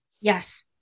Yes